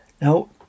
Now